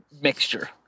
mixture